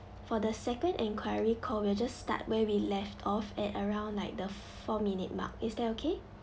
for the second inquiry call we'll just start where we left off at around like the four minute mark is that okay